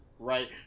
Right